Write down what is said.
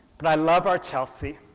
but i love our chelsea,